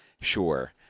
sure